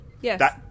yes